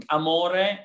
amore